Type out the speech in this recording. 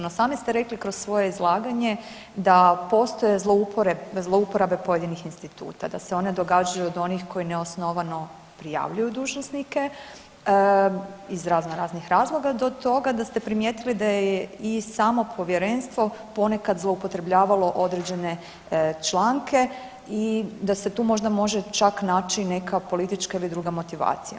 No, sami ste rekli kroz svoje izlaganje da postoje zlouporabe pojedinih instituta, da se one događaju od onih koji neosnovano prijavljuju dužnosnike iz razno raznih razloga do toga da ste primijetili da je i samo povjerenstvo ponekad zloupotrebljavalo određene članke i da se tu možda može čak naći i neka politička ili druga motivacija.